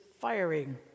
firing